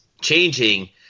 changing